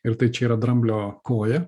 ir tai čia yra dramblio koja